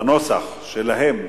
בנוסח שלהם,